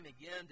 again